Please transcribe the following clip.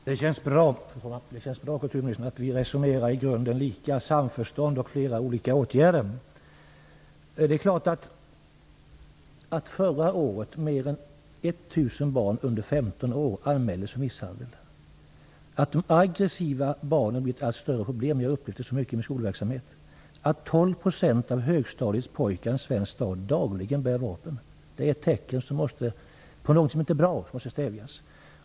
Fru talman! Det känns bra, kulturministern, att vi i grunden resonerar lika. Det skall vara samförstånd, och flera olika åtgärder skall vidtas. Förra året anmäldes mer än 1 000 barn under 15 år för misshandel. Jag har i min skolverksamhet upplevt att de aggressiva barnen har blivit ett allt större problem. 12 % av pojkarna i högstadiet i en svensk stad bär dagligen vapen. Detta är tecken på någonting som inte är bra och som måste stävjas.